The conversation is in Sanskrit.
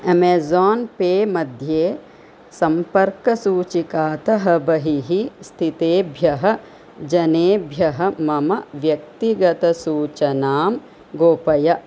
अमेज़ोन् पे मध्ये सम्पर्कसूचिकातः बहिः स्थितेभ्यः जनेभ्यः मम व्यक्तिगतसूचनां गोपय